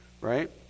right